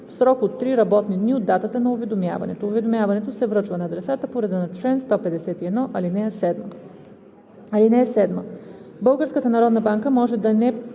срок от три работни дни от датата на уведомяването. Уведомлението се връчва на адресата по реда на чл. 151, ал. 7.